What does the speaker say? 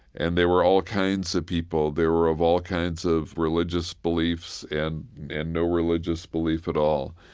and they were all kinds of people, they were of all kinds of religious beliefs and and no religious belief at all,